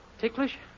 Ticklish